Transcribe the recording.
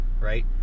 right